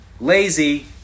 lazy